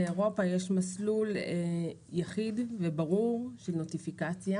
באירופה יש מסלול יחיד וברור של נוטיפיקציה